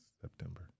September